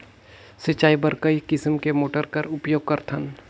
सिंचाई बर कई किसम के मोटर कर उपयोग करथन?